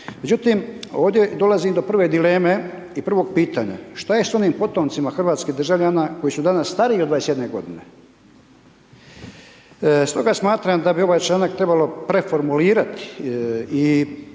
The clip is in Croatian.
Međutim ovdje dolazi do prve dileme i prvog pitanja. Što je s onim potomcima hrvatskih državljana, koji su danas stariji od 21 godine? Stoga smatram da bi ovaj članak trebalo preformulirati i